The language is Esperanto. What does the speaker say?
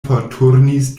forturnis